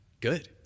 good